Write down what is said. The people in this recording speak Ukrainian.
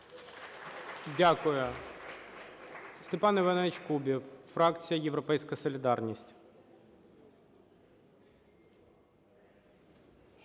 Дякую. Степан Іванович Кубів, фракція "Європейська солідарність".